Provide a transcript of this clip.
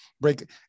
break